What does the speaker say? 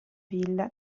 villa